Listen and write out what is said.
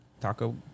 taco